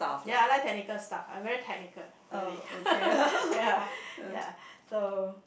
ya I like technical stuff I very technical really ya ya so